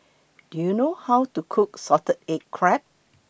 Do YOU know How to Cook Salted Egg Crab